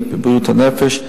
לבריאות הנפש,